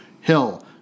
Hill